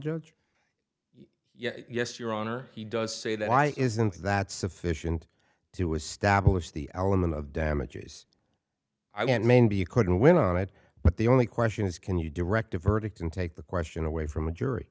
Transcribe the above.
judge yes your honor he does say that why isn't that sufficient to establish the element of damages i don't mean be you couldn't win on it but the only question is can you direct a verdict and take the question away from a jury